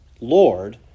Lord